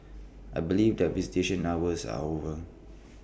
I believe that visitation hours are over